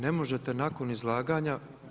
Ne možete nakon izlaganja.